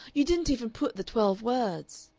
you didn't even put the twelve words.